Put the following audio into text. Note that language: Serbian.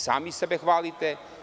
Sami sebe hvalite.